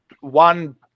one